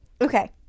Okay